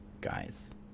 guys